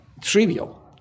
trivial